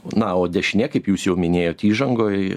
na o dešinė kaip jūs jau minėjot įžangoj